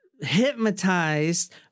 hypnotized